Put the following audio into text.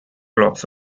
blocks